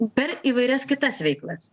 per įvairias kitas veiklas